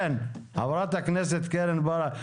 חברת הכנסת קרן ברק,